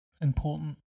important